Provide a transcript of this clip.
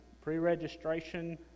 Pre-registration